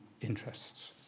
interests